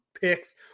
picks